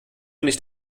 nicht